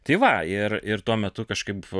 tai va ir ir tuo metu kažkaip